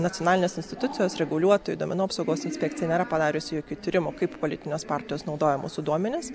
nacionalinės institucijos reguliuotojai duomenų apsaugos inspekcija nėra padariusi jokių tyrimų kaip politinės partijos naudoja mūsų duomenis